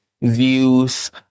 views